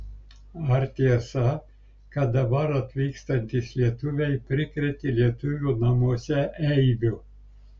ar tiesa kad dabar atvykstantys lietuviai prikrėtė lietuvių namuose eibių